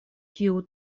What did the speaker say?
kiu